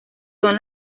son